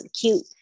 cute